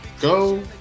go